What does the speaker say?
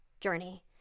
journey